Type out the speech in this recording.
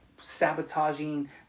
sabotaging